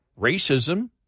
racism